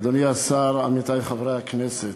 אדוני השר, עמיתי חברי הכנסת,